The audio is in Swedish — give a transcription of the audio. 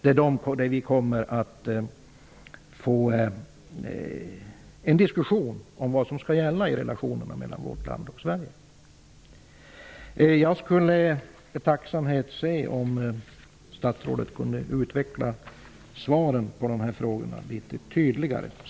Det kommer att ge upphov till en diskussion om vad som skall gälla i relationerna mellan vårt land och EU. Jag skulle vara tacksam om statsrådet kunde utveckla svaren på de här frågorna litet.